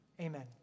Amen